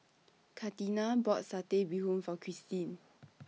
Katina bought Satay Bee Hoon For Christine